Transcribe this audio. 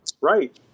Right